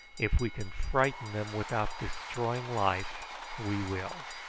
if we can frighten them without destroying life we will.